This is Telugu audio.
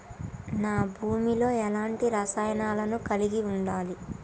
నా భూమి లో ఎలాంటి రసాయనాలను కలిగి ఉండాలి?